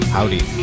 Howdy